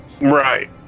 Right